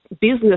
business